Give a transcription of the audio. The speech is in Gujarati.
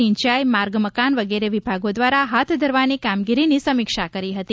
સિંચાઇ માર્ગ મકાન વગેરે વિભાગો દ્વારા હાથ ધરવાની કામગીરીની સમીક્ષા કરી હતી